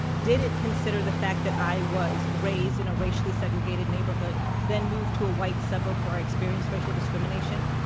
did it consider the fact that i was raised in a racially segregated neighborhood, then moved to a white suburb, where i experienced racial discrimination?